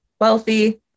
wealthy